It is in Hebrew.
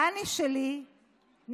דני שלי נרצח